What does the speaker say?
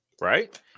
right